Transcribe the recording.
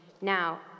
Now